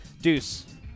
Deuce